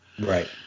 right